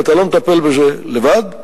אם אתה לא מטפל בזה לבד,